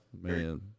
Man